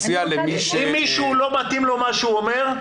אם מישהו לא מתאים לו מה שהוא אומר,